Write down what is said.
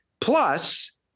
Plus